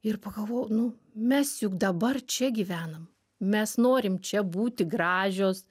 ir pagalvojau nu mes juk dabar čia gyvenam mes norim čia būti gražios